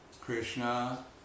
Krishna